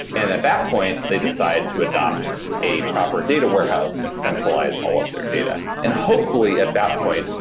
and at that point they decide to adapt a proper data warehouse and centralize all of their data. and hopefully at that point,